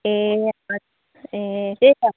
ए हजुर ए त्यही त